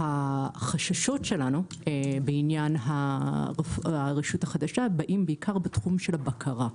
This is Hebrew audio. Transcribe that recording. החששות שלנו בעניין הרשות החדשה באים בעיקר בתחום של הבקרה,